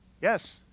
Yes